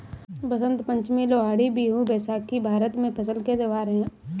बसंत पंचमी, लोहड़ी, बिहू, बैसाखी भारत में फसल के त्योहार हैं